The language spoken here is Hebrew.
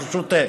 ברשותך.